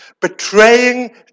Betraying